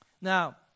Now